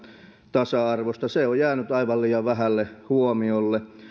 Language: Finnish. tasa arvosta se on jäänyt aivan liian vähälle huomiolle